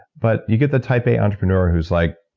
but you get the type a entrepreneur who's like,